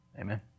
Amen